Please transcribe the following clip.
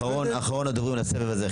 אחרון הדוברים לסבב הזה,